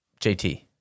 JT